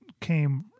came